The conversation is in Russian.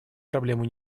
проблему